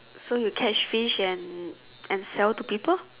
so you catch fish and and sell to people